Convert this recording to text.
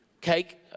cake